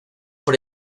por